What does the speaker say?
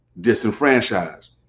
disenfranchised